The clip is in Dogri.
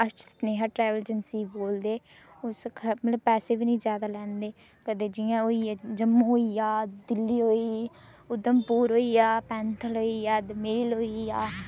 अस सनेहा ट्रेवल एजेंसी गी बोलदे मतलब पैसे बी नी ज्यादा लैंदे कदें जियां होई गे जम्मू होई गेआ दिल्ली होई उधमपुर होई गेआ पैंथल होई गेआ दोमेल होई गेआ